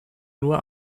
nur